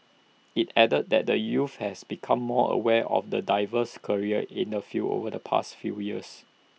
IT added that the youths has become more aware of the diverse careers in the field over the past few years